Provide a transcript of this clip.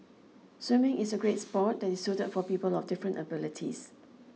swimming is a great sport that is suited for people of different abilities